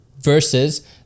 versus